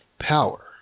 power